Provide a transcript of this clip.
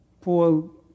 Paul